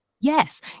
Yes